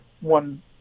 one